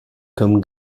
comme